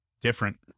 different